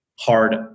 hard